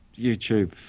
YouTube